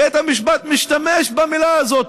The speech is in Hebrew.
בית המשפט משתמש במילה הזאת,